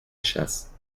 chasse